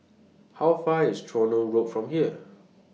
How Far IS Tronoh Road from here